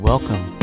Welcome